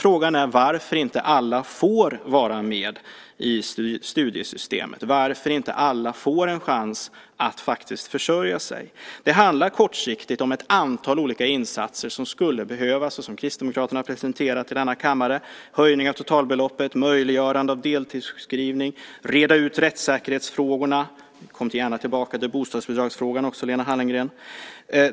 Frågan är varför inte alla får vara med i studiesystemet och varför inte alla får en chans att försörja sig. Det handlar kortsiktigt om ett antal insatser som skulle behövas och som Kristdemokraterna har presenterat i denna kammare. Det är en höjning av totalbeloppet, möjliggörande av deltidssjukskrivning och utredning av rättssäkerhetsfrågorna. Kom gärna tillbaka till bostadsbidragsfrågan också, Lena Hallengren.